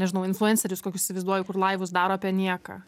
nežinau influencerius kokius įsivaizduoju kur laivus daro apie nieką